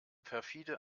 perfide